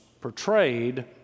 portrayed